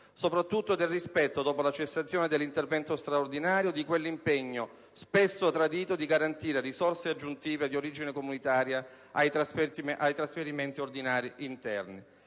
soprattutto del rispetto, dopo la cessazione dell'intervento straordinario, di quell'impegno, spesso tradito, di garantire risorse aggiuntive di origine comunitaria ai trasferimenti ordinari interni.